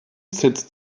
setzt